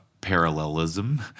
parallelism